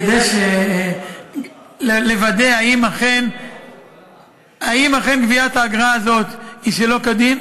כדי לוודא אם אכן גביית האגרה הזאת היא שלא כדין,